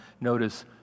notice